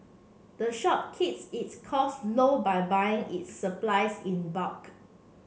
the shop keeps its costs low by buying its supplies in bulk